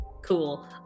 cool